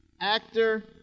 actor